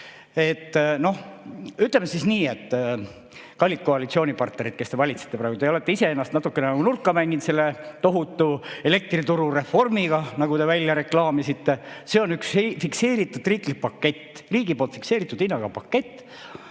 ütleme siis nii: kallid koalitsioonipartnerid, kes te praegu valitsete, te olete ise ennast natukene nagu nurka mänginud selle tohutu elektriturureformiga, nagu te välja reklaamisite. See on üks fikseeritud riiklik pakett, riigi fikseeritud hinnaga pakett.